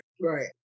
Right